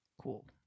cool